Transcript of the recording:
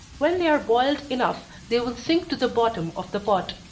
when they are boiled enough, they will sink to the bottom of the pot.